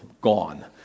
gone